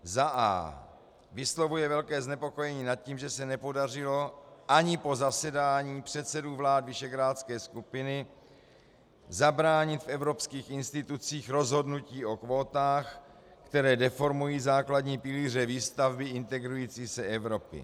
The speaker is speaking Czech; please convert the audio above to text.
1. a) vyslovuje velké znepokojení nad tím, že se nepodařilo ani po zasedání předsedů vlád visegrádské skupiny zabránit v evropských institucích rozhodnutí o kvótách, které deformují základní pilíře výstavby integrující se Evropy;